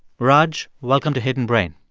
raj, welcome to hidden brain